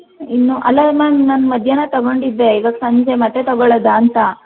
ಇನ್ನು ಅಲ್ಲ ಮ್ಯಾಮ್ ನಾನು ಮಧ್ಯಾಹ್ನ ತೊಗೊಂಡಿದ್ದೆ ಈವಾಗ ಸಂಜೆ ಮತ್ತೆ ತೊಗೊಳೋದಾ ಅಂತ